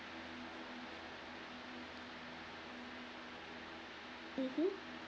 mmhmm